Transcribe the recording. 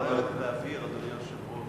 אדוני היושב-ראש,